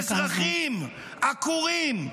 אזרחים עקורים,